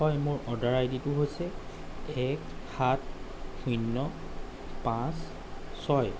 হয় মোৰ অৰ্ডাৰ আই ডিটো হৈছে এক সাত শূন্য পাঁচ ছয়